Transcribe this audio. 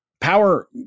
power